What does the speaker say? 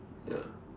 ya